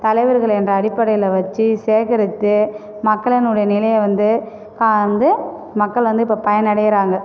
தலைவர்கள் என்ற அடிப்படையில் வச்சு சேகரித்து மக்களினுடைய நிலையை வந்து கா வந்து மக்கள் வந்து இப்போ பயனடைகிறாங்க